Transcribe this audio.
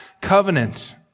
covenant